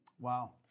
Wow